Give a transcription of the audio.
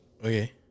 Okay